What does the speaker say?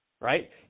right